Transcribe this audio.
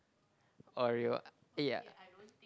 oreo ya